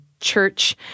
church